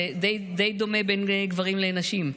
זה די דומה בין גברים לנשים.